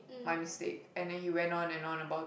my mistake and then he went on and on about